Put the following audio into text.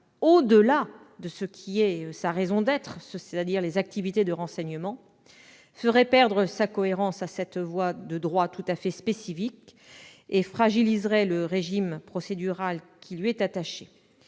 au-delà de sa raison d'être, c'est-à-dire les activités de renseignement, ferait perdre sa cohérence à cette voie de droit tout à fait spécifique et fragiliserait le régime procédural qui lui est attaché.